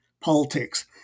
politics